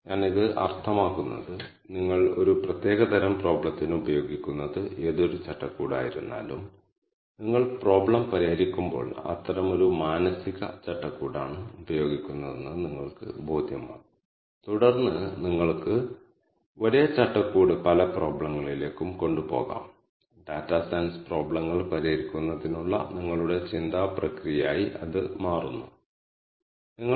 ഒന്ന് 1 ആം ക്ലസ്റ്ററിൽ നിന്ന് 2 ആം ക്ലസ്റ്ററുകളിലേക്കും 2 ആം ക്ലസ്റ്ററുകളിൽ നിന്ന് 3 ആംക്ലസ്റ്ററുകളിലേക്കും മാറിയപ്പോൾ സ്ക്വയർ മൂല്യത്തിന്റെ ആകെത്തുകയിലെ ഈ ആകെത്തുക ഗണ്യമായി കുറഞ്ഞുവെന്ന് കാണുക അതിനുശേഷം സ്ക്വയർ ക്ലസ്റ്ററുകളുടെ ആകെത്തുകയിൽ മൊത്തത്തിലുള്ള കുറവ് മുമ്പത്തേതിനെ അപേക്ഷിച്ച് വളരെ കുറവല്ല